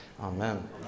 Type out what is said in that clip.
Amen